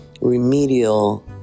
remedial